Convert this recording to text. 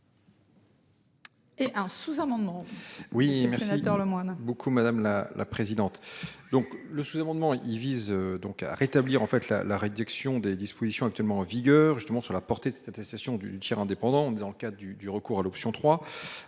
et le sous-amendement